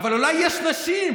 אבל אולי יש נשים.